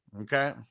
Okay